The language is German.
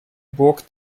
burg